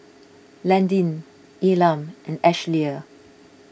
Landyn Elam and Ashlea